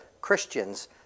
Christians